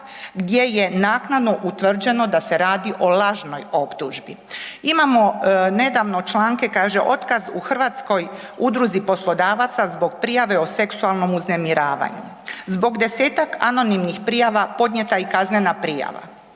gdje je naknadno utvrđeno da se radi o lažnoj optužbi. Imamo nedavno članke, kaže: „Otkaz u Hrvatskoj udruzi poslodavaca zbog prijave o seksualnom uznemiravanju. Zbog 10-tak anonimnih prijava podnijeta je i kaznena prijava,